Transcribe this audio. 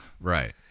Right